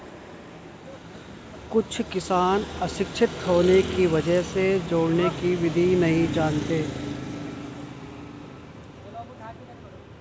कुछ किसान अशिक्षित होने की वजह से जोड़ने की विधि नहीं जानते हैं